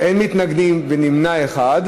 אין מתנגדים ונמנע אחד.